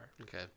Okay